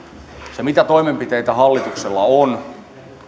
se mitä toimenpiteitä hallituksella on